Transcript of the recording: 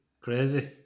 crazy